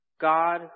God